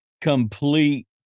complete